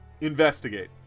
investigate